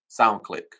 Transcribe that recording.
SoundClick